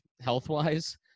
health-wise